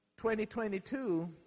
2022